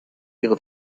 ihre